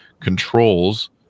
controls